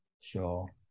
Sure